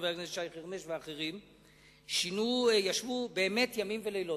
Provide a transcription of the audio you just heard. חבר הכנסת שי חרמש ואחרים ישבו ימים ולילות,